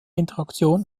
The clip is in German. interaktion